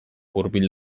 hurbil